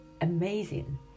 Amazing